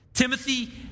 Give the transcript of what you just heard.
Timothy